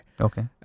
okay